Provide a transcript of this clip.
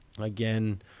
Again